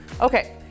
Okay